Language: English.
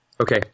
okay